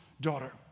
daughter